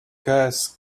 gas